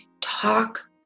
Talk